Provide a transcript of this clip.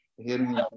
Hearing